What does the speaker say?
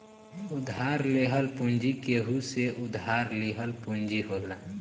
उधार लेहल पूंजी केहू से उधार लिहल पूंजी होला